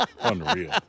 Unreal